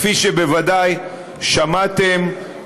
כפי שבוודאי שמעתם,